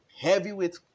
heavyweight